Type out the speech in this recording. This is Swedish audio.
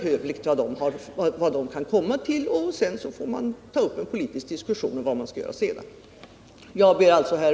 Först sedan vi sett resultatet av parternas arbete bör vi ta upp den politiska diskussionen om vad vi bör göra. Herr talman!